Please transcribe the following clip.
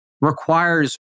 requires